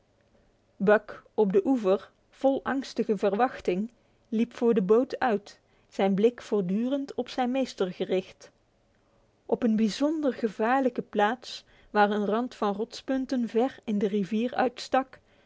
buck op de oever vol angstige spanning liep voor de boot uit zijn blik voortdurend op zijn meester gericht op een bijzonder gevaarlijke plaats waar een rand van rotspunten ver in de rivier uitstak